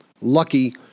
lucky